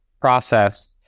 process